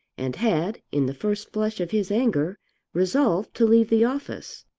and had in the first flush of his anger resolved to leave the office.